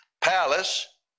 palace